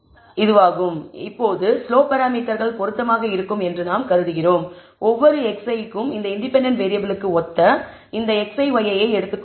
எனவே இப்போது ஸ்லோப் பராமீட்டர்கள் பொருத்தமாக இருக்கும் என்று நாம் கருதுகிறோம் ஒவ்வொரு xi க்கும் இந்த இன்டிபெண்டண்ட் வேறியபிளுக்கு ஒத்த இந்த xi yi ஐ எடுத்துக்கொள்வோம்